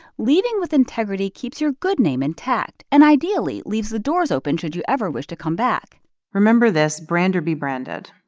leading with integrity keeps your good name intact and, ideally, leaves the doors open should you ever wish to come back remember this, brand or be branded.